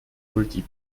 wohl